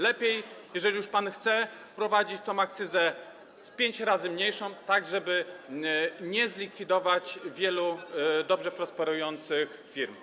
Lepiej, jeżeli już pan chce, wprowadzić tę akcyzę pięć razy mniejszą, tak żeby nie zlikwidować wielu dobrze prosperujących firm.